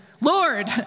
Lord